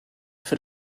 für